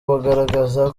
bagaragaza